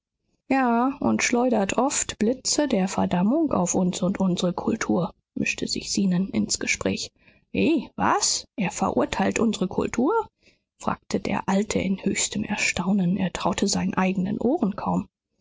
ja und schleudert oft blitze der verdammung auf uns und unsere kultur mischte sich zenon ins gespräch wie was er verurteilt unsere kultur fragte der alte in höchstem erstaunen er traute seinen eigenen ohren kaum